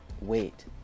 wait